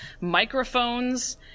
microphones